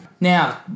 Now